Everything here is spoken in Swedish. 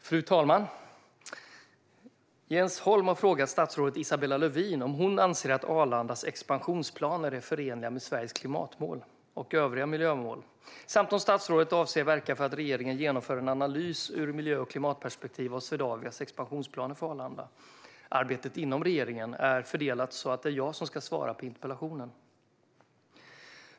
Fru talman! Jens Holm har frågat statsrådet Isabella Lövin om hon anser att Arlandas expansionsplaner är förenliga med Sveriges klimatmål och övriga miljömål samt om statsrådet avser att verka för att regeringen genomför en analys ur miljö och klimatperspektiv av Swedavias expansionsplaner för Arlanda. Arbetet inom regeringen är så fördelat att det är jag som ska svara på interpellationen.